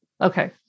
okay